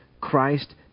Christ